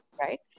right